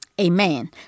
Amen